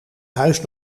huis